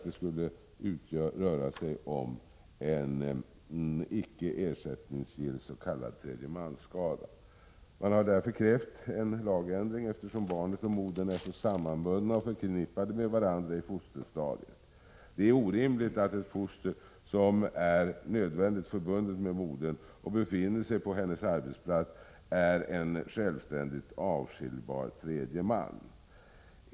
Det skulle här röra sig om en icke ersättningsgill s.k. tredjemansskada. Man har därför krävt en lagändring eftersom barnet och modern är så sammanbundna och förknippade med varandra i fosterstadiet. Det är orimligt att ett foster, som är nödvändigt förbundet med modern och befinner sig på hennes arbetsplats, ses som en självständig, avskiljbar tredje man.